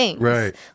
Right